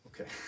Okay